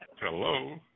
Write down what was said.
Hello